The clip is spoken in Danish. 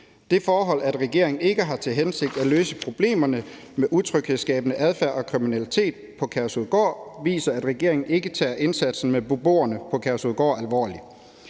Det forhold, at regeringen ikke har til hensigt at løse problemerne med utryghedsskabende adfærd og kriminalitet på Udrejsecenter Kærshovedgård, viser, at regeringen ikke tager indsatsen med beboerne på Udrejsecenter